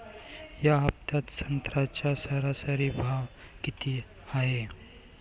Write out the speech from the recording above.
या हफ्त्यात संत्र्याचा सरासरी भाव किती हाये?